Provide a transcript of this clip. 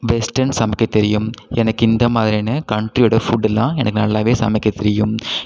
western சமைக்க தெரியும் எனக்கு இந்த மாதிரியான கண்ட்ரியோடய ஃபுட்டுலாம் எனக்கு நல்லாவே சமைக்க தெரியும்